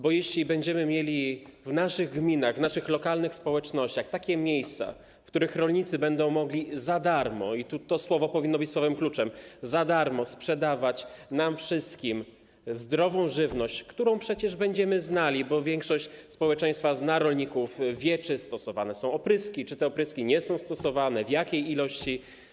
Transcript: Bo będziemy mieli w naszych gminach, w naszych lokalnych społecznościach takie miejsca, w których rolnicy będą mogli za darmo - i to słowo powinno być słowem kluczem - sprzedawać nam wszystkim zdrową żywność, którą będziemy znali, bo większość społeczeństwa zna rolników, wie, czy stosowane są opryski, czy te opryski nie są stosowane, w jakiej ilości.